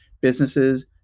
businesses